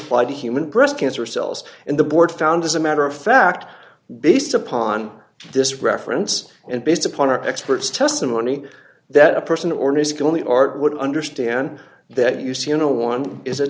the human breast cancer cells and the board found as a matter of fact based upon this reference and based upon our experts testimony that a person or news can only art would understand that you see you know one is